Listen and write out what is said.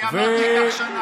אני אמרתי שזה ייקח שנה.